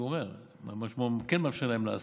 מה שהוא כן מאפשר להם לעשות.